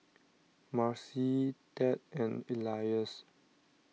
Marci Ted and Elias